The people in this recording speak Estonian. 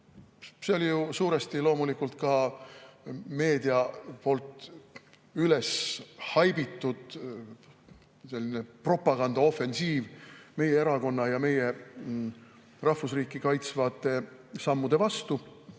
see oli suuresti loomulikult ka meedia poolt üles haibitud propagandaofensiiv meie erakonna ja meie rahvusriiki kaitsvate sammude vastu